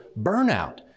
Burnout